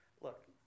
look